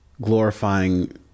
glorifying